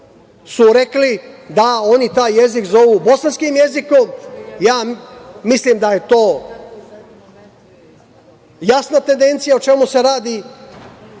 su rekli da oni taj jezik zovu bosanskim jezikom. Ja mislim da je to jasna tendencija o čemu se radi.